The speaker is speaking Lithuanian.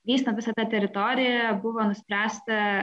vystant visą tą teritoriją buvo nuspręsta